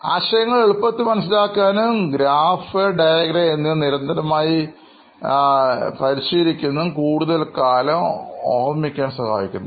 ആശയങ്ങൾ എളുപ്പത്തിൽ മനസ്സിലാക്കാനും ഗ്രാഫിക്കൽ ഡയഗ്രാം എന്നിവ നിരന്തരമായി പരിശീലിക്കുന്നത് കൂടുതൽകാലം ഓർമ്മിക്കാൻ സഹായിക്കുന്നു